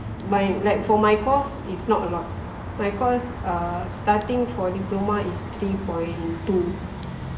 my for like my course is not a lot my course uh starting for diploma is three point two